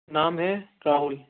نام ہے راہل